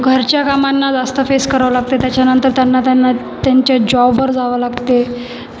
घरच्या कामाना जास्त फेस करावं लागतं त्याच्यानंतर त्यांना त्यांना त्यांच्या जॉबवर जावं लागते